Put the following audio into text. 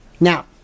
Now